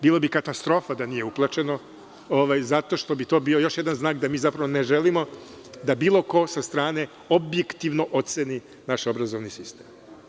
Bilo bi katastrofa da nije uplaćeno zato što bi to bio još jedan znak da ne želimo da bilo ko sa strane objektivno oceni naš obrazovni sistem.